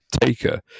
Taker